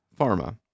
Pharma